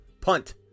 punt